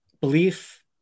belief